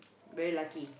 very lucky